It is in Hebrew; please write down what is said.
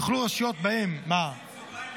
יוכלו רשויות שבהן --- שים סוגריים,